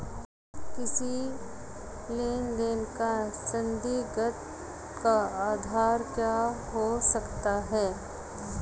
किसी लेन देन का संदिग्ध का आधार क्या हो सकता है?